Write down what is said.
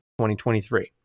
2023